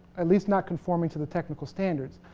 at least not conforming to the technical standards,